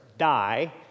die